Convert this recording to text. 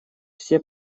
все